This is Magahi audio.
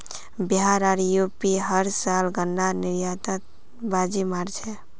बिहार आर यू.पी हर साल गन्नार निर्यातत बाजी मार छेक